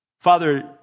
Father